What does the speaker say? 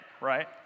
right